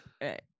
right